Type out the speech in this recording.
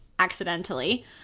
accidentally